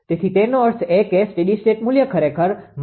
તેથી તેનો અર્થ એ કે સ્ટેડી સ્ટેટ મુલ્ય ખરેખર 0